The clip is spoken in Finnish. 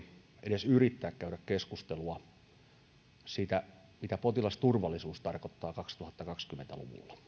edes yrittää käydä keskustelua siitä mitä potilasturvallisuus tarkoittaa kaksituhattakaksikymmentä luvulla